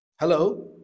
Hello